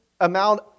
amount